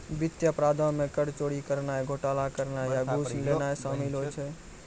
वित्तीय अपराधो मे कर चोरी करनाय, घोटाला करनाय या घूस लेनाय शामिल होय छै